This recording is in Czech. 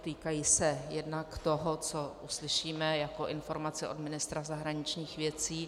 Týkají se jednak toho, co uslyšíme jako informaci od ministra zahraničních věcí.